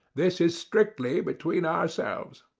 this is strictly between ourselves.